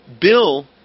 bill